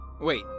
Wait